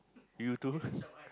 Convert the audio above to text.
you too